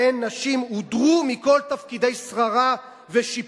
שבהם נשים הודרו מכל תפקידי שררה ושיפוט.